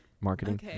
marketing